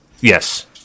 Yes